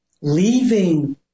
leaving